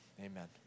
Amen